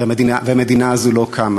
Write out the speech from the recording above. והמדינה הזאת לא קמה.